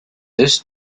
this